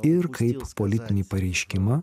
ir kaip politinį pareiškimą